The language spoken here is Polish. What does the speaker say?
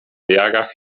jarach